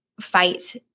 fight